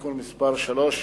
תיקון מס' 3,